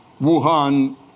Wuhan